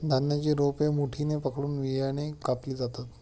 धान्याची रोपे मुठीने पकडून विळ्याने कापली जातात